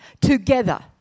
together